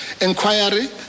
inquiry